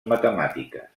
matemàtiques